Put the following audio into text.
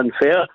unfair